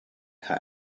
her